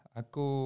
aku